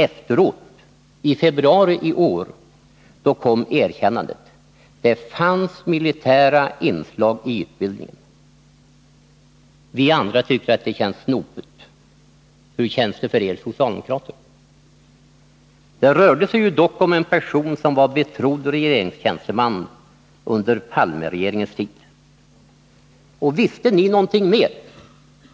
Efteråt, i februari i år, kom erkännandet: det fanns militära inslag i utbildningen. Vi andra tycker att det känns snopet — hur känns det för er socialdemokrater? Det rörde sig dock om en person som var en betrodd regeringstjänsteman under Palmeregeringens tid. Och visste ni något mer,